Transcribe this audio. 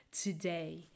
today